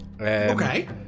Okay